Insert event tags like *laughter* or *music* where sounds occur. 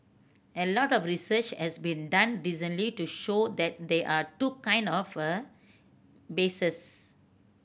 a lot of research has been done recently to show that there are two kinds of a *unintelligible*